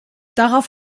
darauf